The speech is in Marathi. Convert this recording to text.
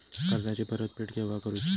कर्जाची परत फेड केव्हा करुची?